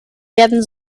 werden